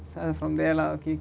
so from there lah okay